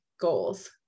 goals